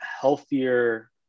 healthier